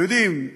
אתם יודעים,